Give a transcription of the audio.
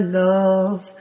love